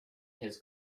his